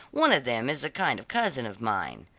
one of them is a kind of cousin of mine.